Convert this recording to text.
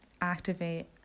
activate